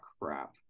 crap